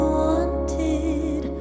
wanted